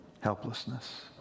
helplessness